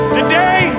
today